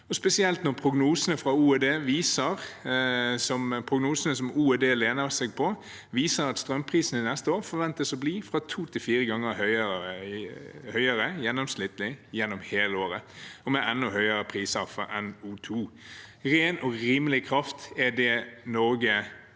spesielt når prognosene som OED lener seg på, viser at strømprisene til neste år forventes å bli fra to til fire ganger høyere gjennomsnittlig gjennom hele året, og med enda høyere priser for NO2. Ren og rimelig kraft er det Norge